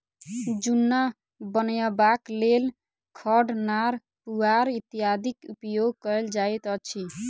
जुन्ना बनयबाक लेल खढ़, नार, पुआर इत्यादिक उपयोग कयल जाइत अछि